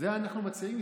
את זה אנחנו מציעים.